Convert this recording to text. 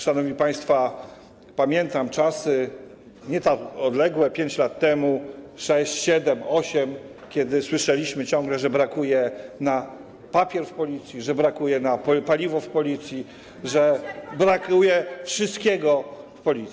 Szanowni państwo, pamiętam czasy nie tak odległe, 5 lat temu, 6, 7, 8 lat, kiedy słyszeliśmy ciągle, że brakuje na papier w Policji, że brakuje na paliwo w Policji, że brakuje wszystkiego w Policji.